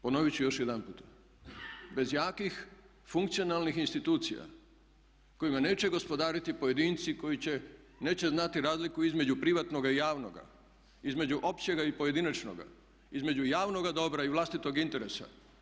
Ponovit ću još jedanput bez jakih funkcionalnih institucija kojima neće gospodariti pojedinci koji neće znati razliku između privatnoga i javnoga, između općega i pojedinačnoga, između javnoga dobra i vlastitog interesa.